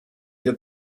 that